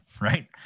right